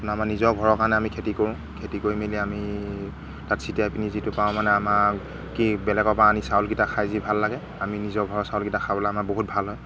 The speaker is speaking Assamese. আপোনাৰ আমাৰ নিজৰ ঘৰৰ কাৰণে আমি খেতি কৰোঁ খেতি কৰি মেলি আমি তাত চিটিয়াই পিনি যিটো পাওঁ মানে আমাক কি বেলেগৰপৰা আনি চাউলকেইটা খাই যি ভাল লাগে আমি নিজৰ ঘৰৰ চাউলকেইটা খাবলৈ আমাৰ বহুত ভাল হয়